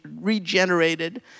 regenerated